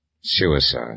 Suicide